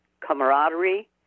camaraderie